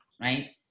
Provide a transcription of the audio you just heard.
right